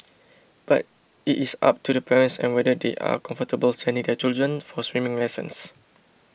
but it is up to the parents and whether they are comfortable sending their children for swimming lessons